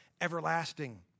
everlasting